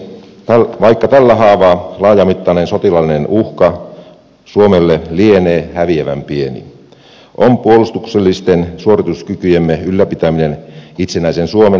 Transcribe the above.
vaikka tällä haavaa laajamittainen sotilaallinen uhka suomelle lienee häviävän pieni on puolustuksellisten suorituskykyjemme ylläpitäminen itsenäisen suomen olemassaolon perusta